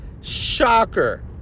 Shocker